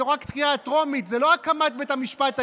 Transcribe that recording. זו רק קריאה טרומית, זה לא הקמת בית המשפט היום.